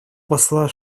посла